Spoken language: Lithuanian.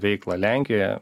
veiklą lenkijoje